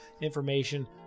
information